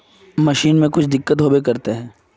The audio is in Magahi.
मशीन में कुछ दिक्कत होबे करते है?